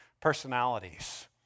personalities